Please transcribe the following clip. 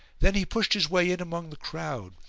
then he pushed his way in among the crowd,